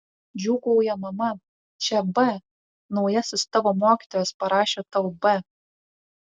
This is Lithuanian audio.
džiūgauja mama čia b naujasis tavo mokytojas parašė tau b